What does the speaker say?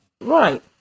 Right